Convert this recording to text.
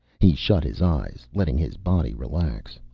he shut his eyes, letting his body relax.